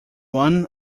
one